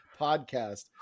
podcast